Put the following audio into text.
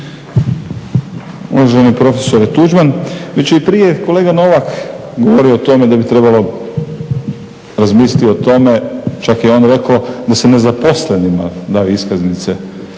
Uvaženi prof. Tuđman već je i prije kolega Novak govorio o tome da bi trebalo razmisliti o tome, čak je on rekao da se ne zaposlenima daju iskaznice